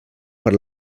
per